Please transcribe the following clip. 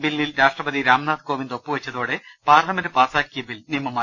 ബില്ലിൽ രാഷ്ട്രപതി രാംനാഥ് കോവിന്ദ് ഒപ്പുവച്ചതോടെ പാർലമെന്റ് പാസ്സാക്കിയ ബിൽ നിയമമായി